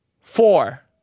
four